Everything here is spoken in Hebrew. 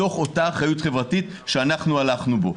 מתוך אותה אחריות חברתית שהלכנו בה.